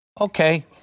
Okay